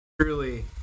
Truly